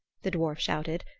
the dwarf shouted.